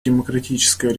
демократическая